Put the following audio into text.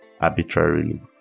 arbitrarily